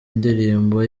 indirimbo